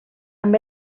amb